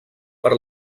per